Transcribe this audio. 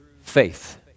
faith